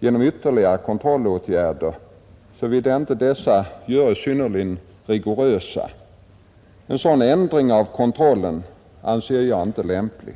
genom ytterligare kontrollåtgärder, såvida inte dessa görs synnerligen rigorösa. En sådan ändring av kontrollen anser jag inte lämplig.